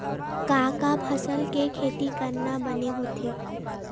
का का फसल के खेती करना बने होथे?